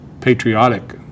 patriotic